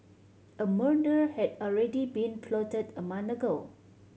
a murder had already been plotted a month ago